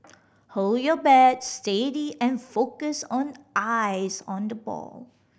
hold your bat steady and focus on eyes on the ball